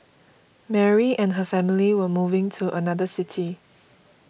Mary and her family were moving to another city